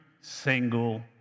single